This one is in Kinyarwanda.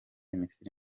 misiri